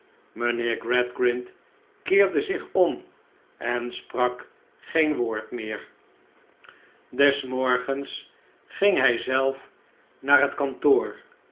mijnheer gradgrind keerde zich om en sprak geen woord meer des morgens ging hij zelf naar het kantoor